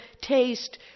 taste